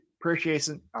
Appreciation